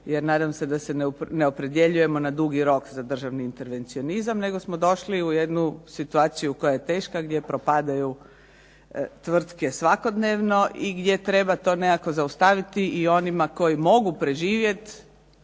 se nadam da se ne opredjeljujemo na dugi rok za državni intervencionizam nego smo došli u jednu situaciju koja je teška gdje propadaju tvrtke svakodnevno i gdje treba to nekako zaustaviti i onima koji mogu preživjeti